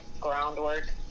groundwork